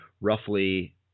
roughly